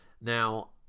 now